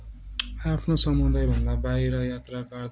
आफ्नो समुदायभन्दा बाहिर यात्रा गर्दा